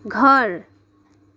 घर